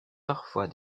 parfois